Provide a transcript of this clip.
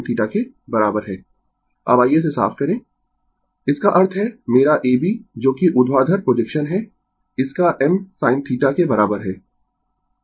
Refer Slide Time 0218 अब आइये इसे साफ करें इसका अर्थ है मेरा A B जो कि ऊर्ध्वाधर प्रोजेक्शन है इसका m sin B के बराबर है